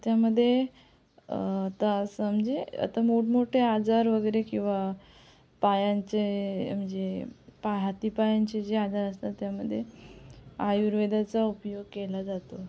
त्यामध्ये आता असं म्हणजे आता मोठमोठे आजार वगैरे किंवा पायांचे म्हणजे पा हातापायांचे जे आजार असतात त्यामध्ये आयुर्वेदाचा उपयोग केला जातो